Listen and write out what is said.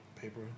paper